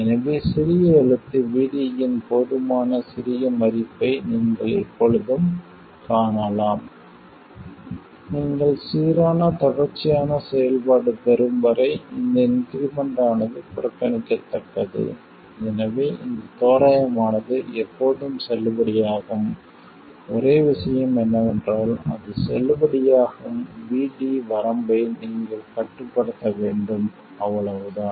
எனவே சிறிய எழுத்து v d இன் போதுமான சிறிய மதிப்பை நீங்கள் எப்போதும் காணலாம் நீங்கள் சீரான தொடர்ச்சியான செயல்பாடு பெறும் வரை இந்த இன்க்ரிமென்ட் ஆனது புறக்கணிக்கத்தக்கது எனவே இந்த தோராயமானது எப்போதும் செல்லுபடியாகும் ஒரே விஷயம் என்னவென்றால் அது செல்லுபடியாகும் VD வரம்பை நீங்கள் கட்டுப்படுத்த வேண்டும் அவ்வளவுதான்